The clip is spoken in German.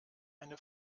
eine